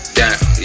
down